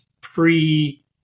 pre